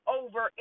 over